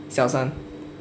小三